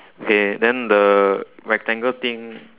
okay then the rectangle thing